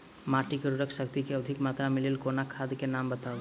माटि मे उर्वरक शक्ति केँ अधिक मात्रा केँ लेल कोनो खाद केँ नाम बताऊ?